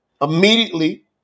immediately